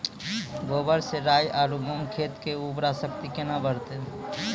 गोबर से राई आरु मूंग खेत के उर्वरा शक्ति केना बढते?